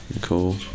Cool